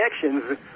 connections